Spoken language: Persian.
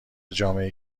جامعهای